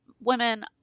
women